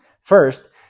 First